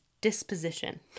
disposition